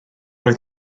oedd